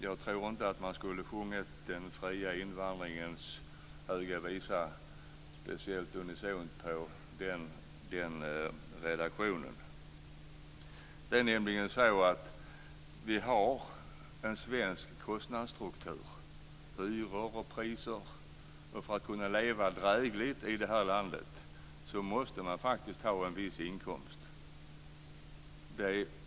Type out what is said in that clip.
Jag tror inte att man skulle ha sjungit den fria invandringens höga visa speciellt unisont på den redaktionen. Det är nämligen så att vi har en svensk kostnadsstruktur, hyror och priser, och för att kunna leva drägligt i det här landet måste man faktiskt ha en viss inkomst.